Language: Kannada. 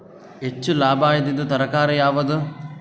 ಹೆಚ್ಚು ಲಾಭಾಯಿದುದು ತರಕಾರಿ ಯಾವಾದು?